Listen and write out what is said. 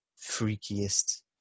freakiest